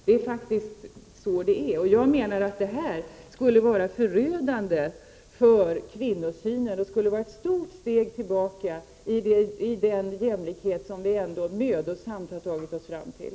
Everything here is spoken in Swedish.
Det är faktiskt så, och det skulle vara förödande för kvinnosynen och ett stort steg tillbaka i den jämlikhet som vi ändå mödosamt har tagit oss fram till.